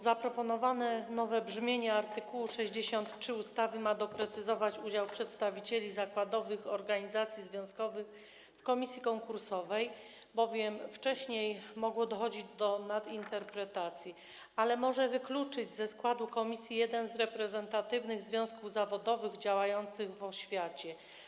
Zaproponowany w nowym brzmieniu art. 63 ustawy ma doprecyzować kwestię udziału przedstawicieli zakładowych organizacji związkowych w komisji konkursowej, wcześniej bowiem mogło dochodzić do jego nadinterpretacji, ale może on wykluczyć ze składu komisji jeden z reprezentatywnych związków zawodowych działających w oświacie.